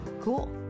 Cool